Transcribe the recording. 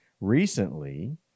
Recently